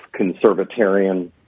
conservatarian